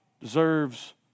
deserves